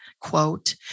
quote